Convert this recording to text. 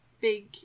big